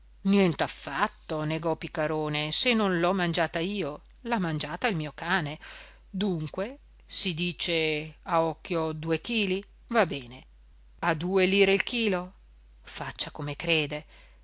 me nient'affatto negò piccarone se non l'ho mangiata io l'ha mangiata il mio cane dunque si dice a occhio due chili va bene a due lire il chilo faccia come crede